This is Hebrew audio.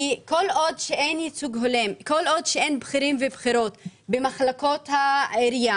כי כל עוד אין ייצוג הולם וכל עוד אין בכירים ובכירות במחלקות העירייה